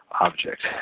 object